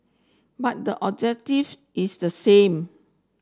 but the objective is the same